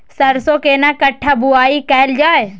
सरसो केना कट्ठा बुआई कैल जाय?